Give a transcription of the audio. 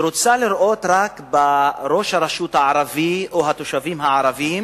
שרוצה לראות רק בראש הרשות הערבי או התושבים הערבים